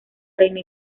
reina